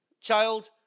child